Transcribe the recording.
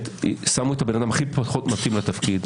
שמו את האדם הכי פחות מתאים לתפקיד.